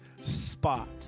spot